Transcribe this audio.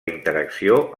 interacció